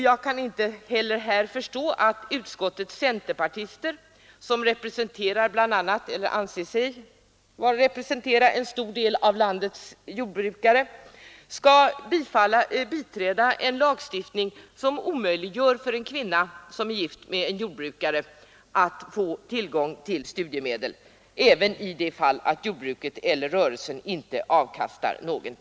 Jag kan inte förstå att utskottets centerpartister, som anser sig representera en stor del av landets jordbrukare, biträder en lagstiftning som omöjliggör för en kvinna, gift med en jordbrukare, att få tillgång till studiemedel även i sådana fall där jordbruket eller rörelsen inte avkastar någonting.